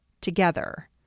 together